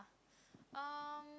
um